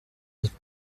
notre